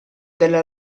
della